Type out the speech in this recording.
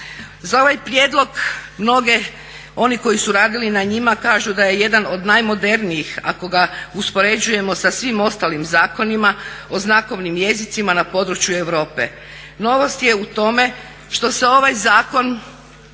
Za ovaj prijedlog mnogi oni koji su radili na njima kažu da je jedan od najmodernijih ako ga uspoređujemo sa svim ostalim zakonima o znakovnim jezicima na području Europe. Novost je u tome što se ovaj zakon